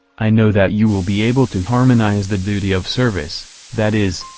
i know that you will be able to harmonize the duty of service that is,